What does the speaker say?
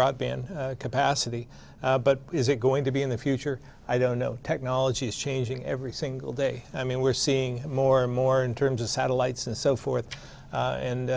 broadband capacity but is it going to be in the future i don't know technology is changing every single day i mean we're seeing more and more in terms of satellites and so forth and